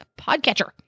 podcatcher